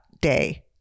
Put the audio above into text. day